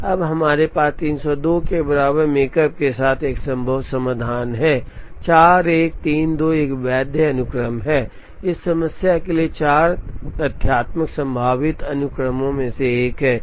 अब हमारे पास 302 के बराबर मेकप के साथ एक संभव समाधान है 4 1 3 2 एक वैध अनुक्रम है यह इस समस्या के लिए चार तथ्यात्मक संभावित अनुक्रमों में से एक है